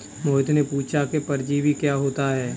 मोहित ने पूछा कि परजीवी क्या होता है?